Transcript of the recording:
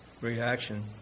reaction